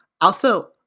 Also-